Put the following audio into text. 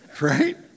right